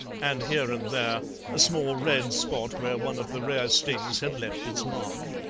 and here and there a small red spot where one of the rare stings had left its mark.